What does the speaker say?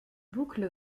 boucles